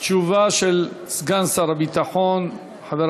תשובה של סגן שר הביטחון חבר